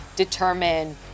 determine